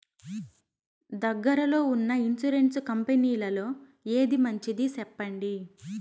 దగ్గర లో ఉన్న ఇన్సూరెన్సు కంపెనీలలో ఏది మంచిది? సెప్పండి?